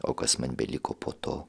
o kas man beliko po to